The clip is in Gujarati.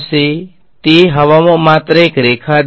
મેં હવામાં માત્ર એક રેખા દોરી